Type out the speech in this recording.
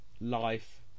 life